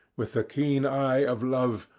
with the keen eye of love,